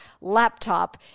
laptop